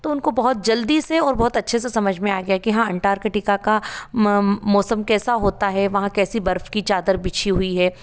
तो उनको बहुत जल्दी से और बहुत अच्छे से समझ में आ गया की हाँ अंटार्कटिका का मौसम कैसा होता है वहाँ कैसी बर्फ की चादर बिछी हुई है